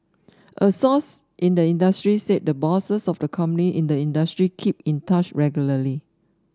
a source in the industry said the bosses of the company in the industry keep in touch regularly